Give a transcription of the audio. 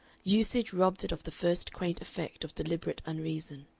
usage robbed it of the first quaint effect of deliberate unreason.